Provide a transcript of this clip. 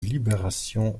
libération